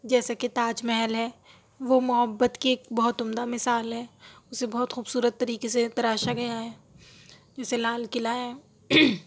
جیسے کہ تاج محل ہے وہ محبت کی ایک بہت عمدہ مثال ہے اسے بہت خوبصورت طریقے سے تراشا گیا ہے جیسے لال قلعہ ہے